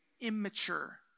immature